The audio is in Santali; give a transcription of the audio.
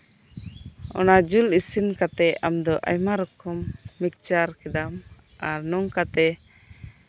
ᱚᱱᱟ ᱡᱩᱞ ᱤᱥᱤᱱ ᱠᱟᱛᱮ ᱟᱢ ᱫᱚ ᱟᱭᱢᱟ ᱨᱚᱠᱚᱢ ᱢᱤᱠᱥᱪᱟᱨ ᱠᱮᱫᱟᱢ ᱟᱨ ᱱᱚᱝᱠᱟᱛᱮ